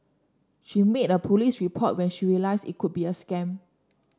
she made a police report when she realised it could be a scam